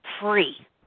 free